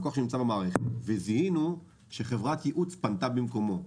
לקוח שנמצא במערכת וזיהינו שחברת ייעוץ פנתה במקומו,